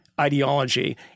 ideology